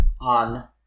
on